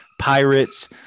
pirates